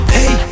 Hey